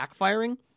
backfiring